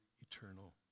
eternal